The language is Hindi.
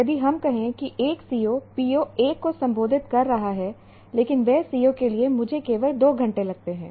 यदि हम कहें कि एक CO PO 1 को संबोधित कर रहा है लेकिन वह CO के लिए मुझे केवल 2 घंटे लगते हैं